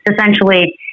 essentially